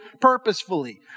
purposefully